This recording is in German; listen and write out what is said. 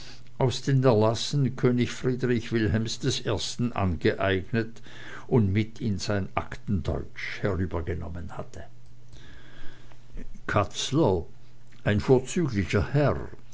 aus den erlassen könig friedrich wilhelms i angeeignet und mit in sein aktendeutsch herübergenommen hatte katzler ein vorzüglicher herr